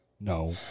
No